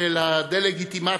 של הדה-לגיטימציה,